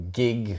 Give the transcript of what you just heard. gig